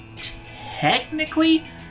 technically